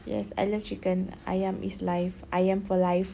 yes I love chicken ayam is life ayam for life